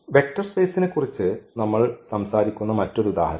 vector സ്പേസിനെക്കുറിച്ച് നമ്മൾ സംസാരിക്കുന്ന മറ്റൊരു ഉദാഹരണം